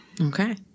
Okay